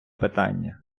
питання